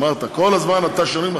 אמרת: כל הזמן אתה שנוי במחלוקת,